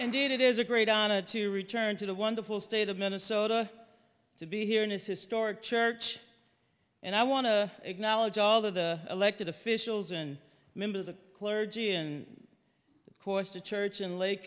indeed it is a great honor to return to the wonderful state of minnesota to be here in this historic church and i want to acknowledge all the elected officials and members of the clergy and of course the church and la